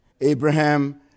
Abraham